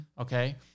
okay